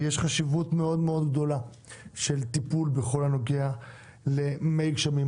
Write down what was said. יש חשיבות מאוד-מאוד גדולה בטיפול בכל הנוגע למי גשמים,